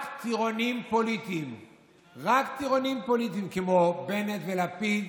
רק טירונים פוליטיים כמו בנט ולפיד